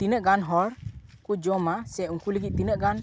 ᱛᱤᱱᱟᱹᱜ ᱜᱟᱱ ᱦᱚᱲ ᱠᱚ ᱡᱚᱢᱟ ᱥᱮ ᱩᱱᱠᱩ ᱞᱟᱹᱜᱤᱫ ᱛᱤᱱᱟᱹᱜ ᱜᱟᱱ